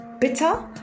bitter